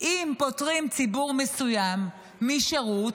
אם פוטרים ציבור מסוים משירות,